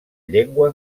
llengua